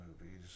movies